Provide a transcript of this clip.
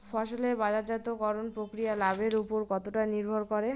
ফসলের বাজারজাত করণ প্রক্রিয়া লাভের উপর কতটা নির্ভর করে?